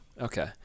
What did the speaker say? Okay